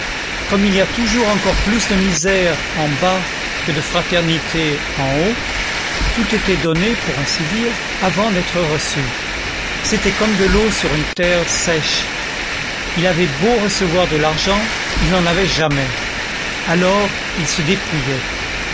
il y a toujours encore plus de misère en bas que de fraternité en haut tout était donné pour ainsi dire avant d'être reçu c'était comme de l'eau sur une terre sèche il avait beau recevoir de l'argent il n'en avait jamais alors il se dépouillait